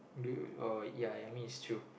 do oh ya ya I mean is true